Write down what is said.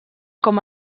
com